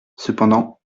cependant